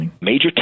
major